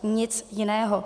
Nic jiného.